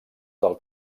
del